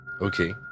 Okay